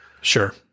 Sure